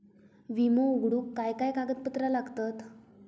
विमो उघडूक काय काय कागदपत्र लागतत?